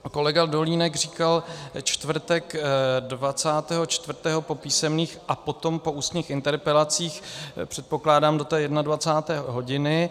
A kolega Dolínek říkal čtvrtek dvacátého čtvrtého po písemných a potom po ústních interpelacích, předpokládám do té jedenadvacáté hodiny.